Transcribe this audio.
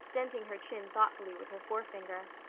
denting her chin thoughtfully with her forefinger.